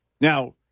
Now